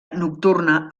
nocturna